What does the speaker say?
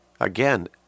Again